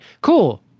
cool